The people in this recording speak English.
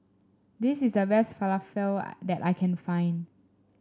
this is the best Falafel that I can find